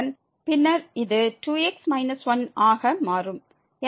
பின்னர் இது 2x 1 ஆக மாறும்